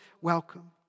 welcome